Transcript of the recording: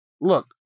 Look